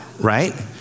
Right